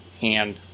hand